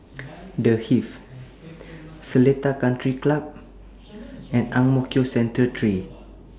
The Hive Seletar Country Club and Ang Mo Kio Central three